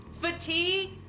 fatigue